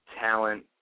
talent